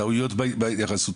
טעויות בהתייחסות,